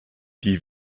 die